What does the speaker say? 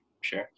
sure